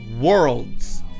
worlds